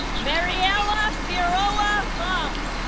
mariela figueroa lam